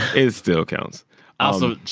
it still counts also,